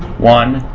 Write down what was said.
one,